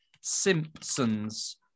Simpsons